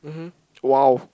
mmhmm !wow!